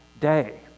day